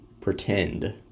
pretend